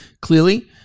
clearly